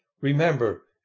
Remember